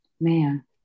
Man